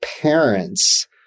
parents